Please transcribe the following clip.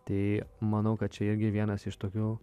tai manau kad čia irgi vienas iš tokių